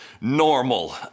normal